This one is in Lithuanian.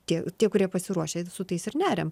tie tie kurie pasiruošę su tais ir neriam